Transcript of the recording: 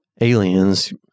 aliens